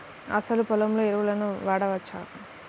అసలు పొలంలో ఎరువులను వాడవచ్చా?